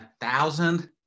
thousand